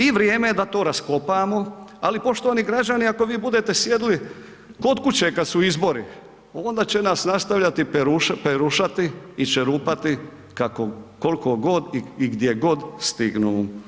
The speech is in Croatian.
I vrijeme je da to raskopamo ali poštovani građani kao vi budete sjedili kod kuće kad su izbori, onda će nas nastavljati perušati i čerupati koliko godi i gdjegod stignu.